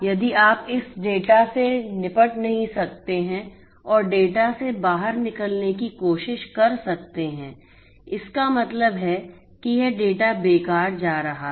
यदि आप इस डेटा से निपट नहीं सकते हैं और डेटा से बाहर निकलने की कोशिश कर सकते हैं इसका मतलब है कि यह डेटा बेकार जा रहा है